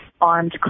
armed